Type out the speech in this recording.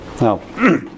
now